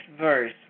verse